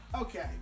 Okay